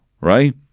right